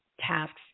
tasks